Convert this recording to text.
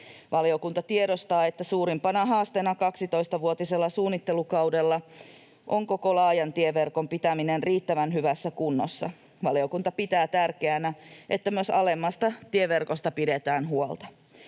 Valiokunta tiedostaa, että suurimpana haasteena 12-vuotisella suunnittelukaudella on koko laajan tieverkon pitäminen riittävän hyvässä kunnossa. Valiokunta pitää tärkeänä, että myös alemmasta tieverkosta pidetään huolta.